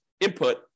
input